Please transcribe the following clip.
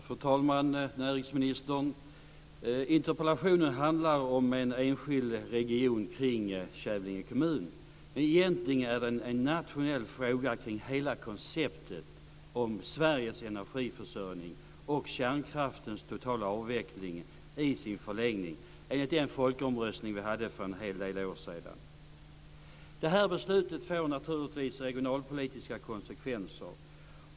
Fru talman och näringsministern! Interpellationen handlar om en enskild region kring Kävlinge kommun. Men egentligen är det en nationell fråga kring hela konceptet för Sveriges energiförsörjning och i en förlängning kärnkraftens totala avveckling enligt den folkomröstning vi hade för en hel del år sedan. Det här beslutet får naturligtvis regionalpolitiska konsekvenser.